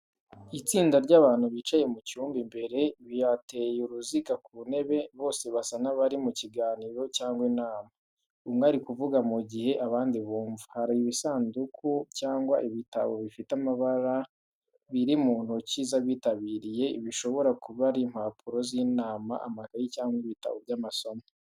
Itsinda ry’abantu bicaye mu cyumba imbere, bateye uruziga ku ntebe. Bose basa n’abari mu kiganiro cyangwa inama, umwe ari kuvuga mu gihe abandi bumva. Hari ibisanduku cyangwa ibitabo bifite amabara biri mu ntoki z’abitabiriye, bishobora kuba ari impapuro z’inama, amakayi cyangwa ibitabo by’amasomo.